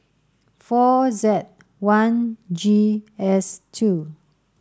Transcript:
four Z one G S two